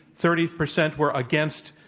thirty percent were against,